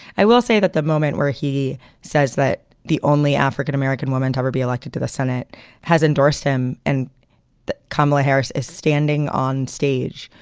i will say that the moment where he says that the only african-american woman to ever be elected to the senate has endorsed him and kamala harris is standing on stage,